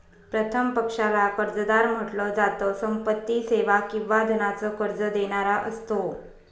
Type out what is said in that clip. प्रथम पक्षाला कर्जदार म्हंटल जात, संपत्ती, सेवा किंवा धनाच कर्ज देणारा असतो